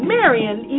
Marion